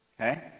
Okay